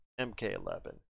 MK11